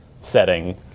setting